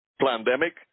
pandemic